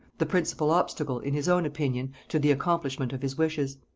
the principal obstacle, in his own opinion, to the accomplishment of his wishes.